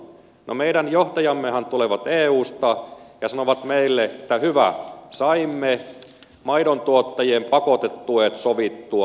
no meidän johtajammehan tulevat eusta ja sanovat meille että hyvä saimme maidontuottajien pakotetuet sovittua